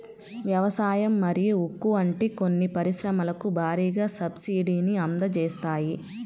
వ్యవసాయం మరియు ఉక్కు వంటి కొన్ని పరిశ్రమలకు భారీగా సబ్సిడీని అందజేస్తాయి